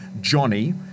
Johnny